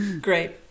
great